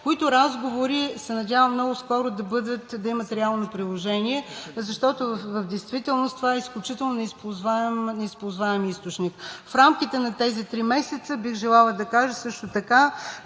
които разговори се надявам много скоро да имат реални приложения, защото в действителност това е изключително неизползваем източник. В рамките на тези три месеца бих желала да кажа също така,